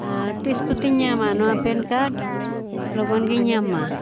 ᱟᱨ ᱛᱤᱥ ᱠᱚᱛᱤᱧ ᱧᱟᱢᱟ ᱱᱚᱣᱟ ᱯᱮᱱ ᱠᱟᱨᱰ ᱞᱚᱜᱚᱱ ᱜᱤᱧ ᱧᱟᱢ ᱢᱟ